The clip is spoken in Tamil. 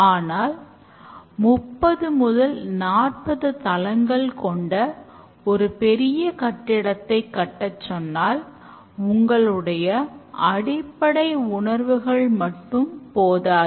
ஆனால் 30 முதல் 40 தளங்கள் கொண்ட ஒரு பெரிய கட்டிடத்தைக் கட்டச் சொன்னால் உங்களுடைய அடிப்படை உணர்வுகள் மட்டும் போதாது